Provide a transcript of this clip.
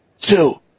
two